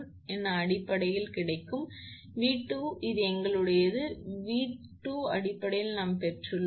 மேலும் 𝑉2 இது எங்களிடம் உள்ளது 𝑉2 இந்த அடிப்படையில் நாம் பெற்றுள்ளோம்